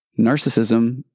Narcissism